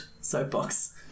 soapbox